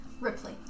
ripley